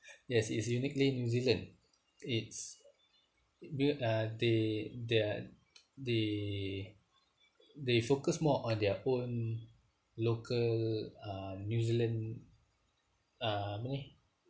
yes it's unique name new zealand it's uh they their they they focus more on their own local uh new zealand uh apa ni